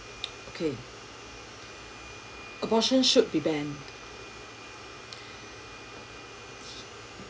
okay abortion should be banned